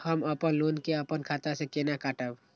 हम अपन लोन के अपन खाता से केना कटायब?